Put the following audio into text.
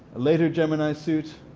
later gemini suit,